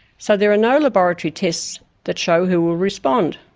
so there are no laboratory tests that show who will respond.